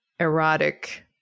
erotic